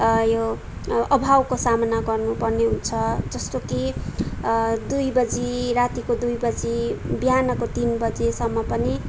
यो अभावको सामना गर्नुपर्ने हुन्छ जस्तो कि दुई बजी रातिको दुई बजी बिहानको तिन बजीसम्म पनि